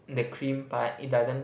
the cream but it doesn't